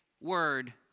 word